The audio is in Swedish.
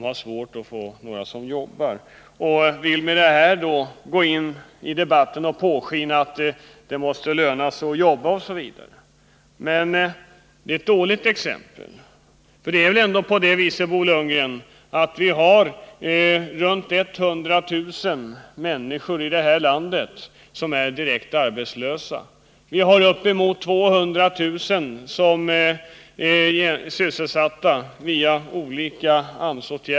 Han ville påskina att anledningen skulle vara att folk ansåg att det inte lönade sig att arbeta. Men det är ett dåligt exempel. Det är ju ändå så, Bo Lundgren, att vi har ca 100 000 direkt arbetslösa människor i landet. Vi har dessutom uppemot 200 000 människor som är sysselsatta via AMS.